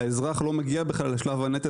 האזרח לא מגיע בכלל לשלב הנטל,